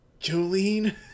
Jolene